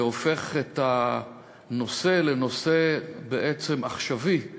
שבעצם הופך את הנושא לנושא עכשווי,